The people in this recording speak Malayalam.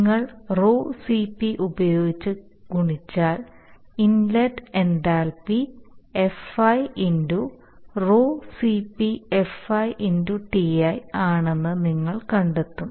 നിങ്ങൾ ρCp ഉപയോഗിച്ച് ഗുണിച്ചാൽ ഇൻലെറ്റ് എന്തൽപി FiρCpFi Ti ആണെന്ന് നിങ്ങൾ കണ്ടെത്തും